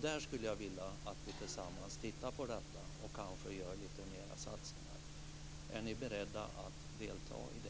Där skulle jag vilja att vi tillsammans tittar på detta och gör mer satsningar. Är ni beredda att delta i det?